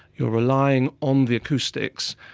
you're relying on the acoustics,